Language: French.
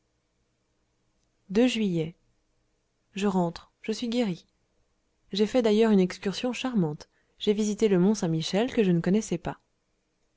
juillet je rentre je suis guéri j'ai fait d'ailleurs une excursion charmante j'ai visité le mont saint-michel que je ne connaissais pas